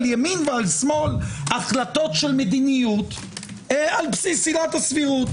ימין ועל שמאל החלטות של מדיניות על בסיס עילת הסבירות.